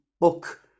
book